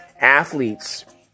athletes